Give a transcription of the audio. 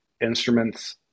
instruments